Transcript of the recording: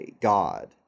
God